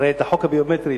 הרי החוק הביומטרי,